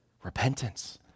repentance